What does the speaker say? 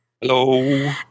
Hello